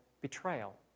betrayal